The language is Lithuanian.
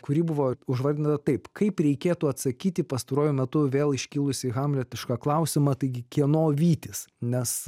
kuri buvo užvardinta taip kaip reikėtų atsakyti į pastaruoju metu vėl iškilusį hamletišką klausimą taigi kieno vytis nes